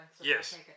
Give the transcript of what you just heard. Yes